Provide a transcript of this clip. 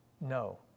No